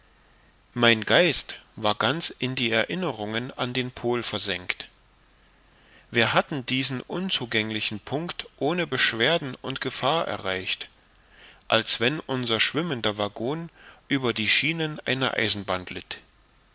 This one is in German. mein geist war ganz in die erinnerungen an den pol versenkt wir hatten diesen unzugänglichen punkt ohne beschwerden und gefahr erreicht als wenn unser schwimmender waggon über die schienen einer eisenbahn glitt